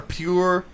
pure